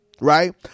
right